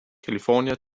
california